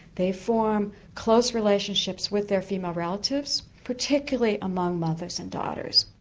they form close relationships with their female relatives, particularly among mothers and daughters.